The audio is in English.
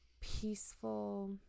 peaceful